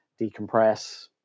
decompress